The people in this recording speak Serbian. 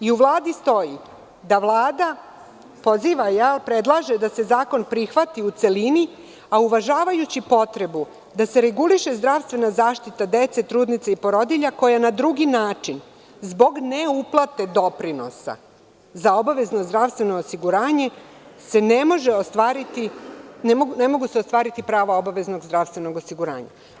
U Vladi stoji da Vlada poziva, predlaže da se zakon prihvati u celini, a uvažavajući potrebu da se reguliše zdravstvena zaštita dece, trudnica i porodilja koja se na drugi način zbog ne uplate doprinosa za obavezno zdravstveno osiguranje ne mogu ostvariti prava obaveznog zdravstvenog osiguranja.